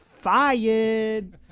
fired